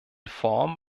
form